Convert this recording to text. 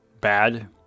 bad